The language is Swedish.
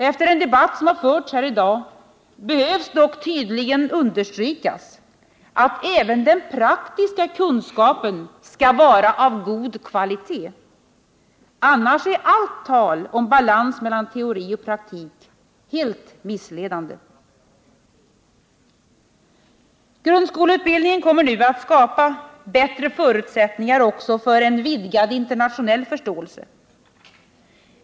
Efter den debatt som förts här i dag behöver det dock tydligen understrykas att även den praktiska kunskapen skall vara av god kvalitet. Annars blir allt tal om balans mellan teori och praktik helt missledande. Grundskoleutbildningen kommer nu att skapa bättre förutsättningar också för en vidgad internationell förståelse.